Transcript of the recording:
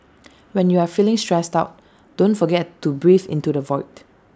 when you are feeling stressed out don't forget to breathe into the void